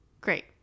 Great